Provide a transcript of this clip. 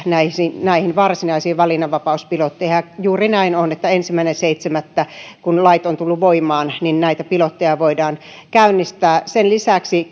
näihin näihin varsinaisiin valinnanvapauspilotteihin juuri näin on että ensimmäinen seitsemättä kun lait ovat tulleet voimaan näitä pilotteja voidaan käynnistää sen lisäksi